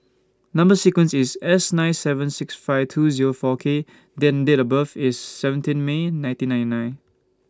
Number sequence IS S nine seven six five two Zero four K and Date of birth IS seventeen May nineteen nine nine